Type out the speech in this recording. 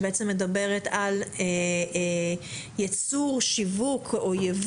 שמדבר על ייצור, שיווק או ייבוא של אותן מלכודות.